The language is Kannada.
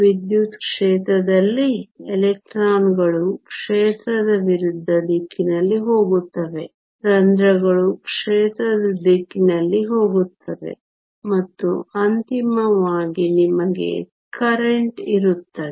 ವಿದ್ಯುತ್ ಕ್ಷೇತ್ರದಲ್ಲಿ ಎಲೆಕ್ಟ್ರಾನ್ಗಳು ಕ್ಷೇತ್ರದ ವಿರುದ್ಧ ದಿಕ್ಕಿನಲ್ಲಿ ಹೋಗುತ್ತವೆ ರಂಧ್ರಗಳು ಕ್ಷೇತ್ರದ ದಿಕ್ಕಿನಲ್ಲಿ ಹೋಗುತ್ತವೆ ಮತ್ತು ಅಂತಿಮವಾಗಿ ನಿಮಗೆ ಕರೆಂಟ್ ಇರುತ್ತದೆ